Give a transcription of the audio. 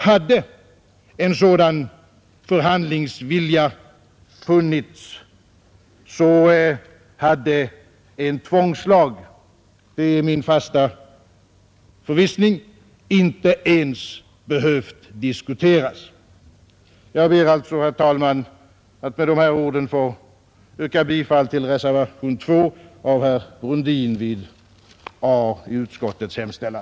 Hade förhandlingsvilja funnits, så hade en tvångslag — det är min fasta förvissning — inte ens behövt diskuteras. Herr talman! Jag ber att med dess ord få yrka bifall till reservation 2 av herr Brundin vid A i utskottets hemställan.